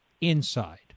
inside